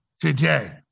today